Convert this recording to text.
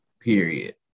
Period